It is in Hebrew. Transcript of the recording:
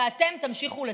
ואתם תמשיכו לצקצק.